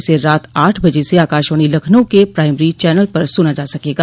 इसे रात आठ बजे से आकाशवाणी लखनऊ के प्राइमरी चैनल पर सुना जा सकेगा